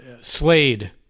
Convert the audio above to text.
Slade